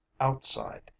outside